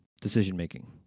decision-making